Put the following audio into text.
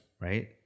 Right